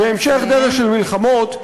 והמשך דרך של מלחמות,